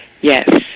yes